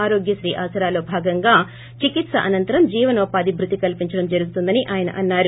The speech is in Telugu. ఆరోగ్య శ్రీ ఆసరాలో భాగంగా చికిత్స అనంతరం జీవనోపాధి భృతి కల్పించడం ్ జరుగుతుందని ఆయన అన్నారు